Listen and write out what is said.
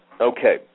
okay